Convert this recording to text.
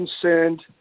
concerned